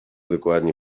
dokładnie